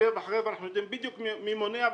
עוקב ואנחנו יודעים בדיוק מי מונע,